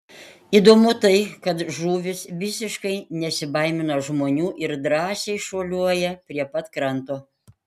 įdomu tai kad žuvys visiškai nesibaimina žmonių ir drąsiai šuoliuoja prie pat kranto